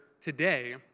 today